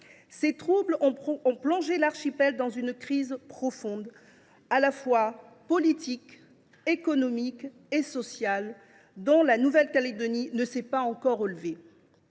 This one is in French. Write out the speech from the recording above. Ces troubles ont plongé l’archipel dans une crise profonde, de nature à la fois politique, économique et sociale, dont la Nouvelle Calédonie ne s’est pas encore relevée.